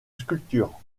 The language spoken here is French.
sculpture